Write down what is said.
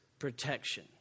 Protection